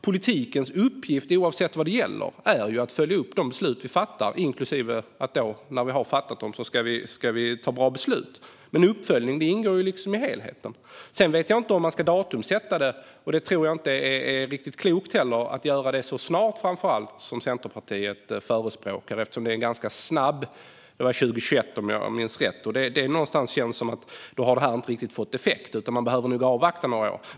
Politikens uppgift, oavsett vad det gäller, är att följa upp de beslut vi fattar och har fattat så att vi kan ta bra beslut. Uppföljning ingår liksom i helheten. Jag vet dock inte om man ska sätta ett datum på det. Jag tror framför allt inte att det vore klokt att göra det så snart som Centerpartiet förespråkar, eftersom det skulle ske ganska snabbt - 2021 om jag minns rätt. Det känns som om det här inte har hunnit få effekt då, utan man behöver nog avvakta några år.